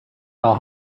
how